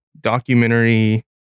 documentary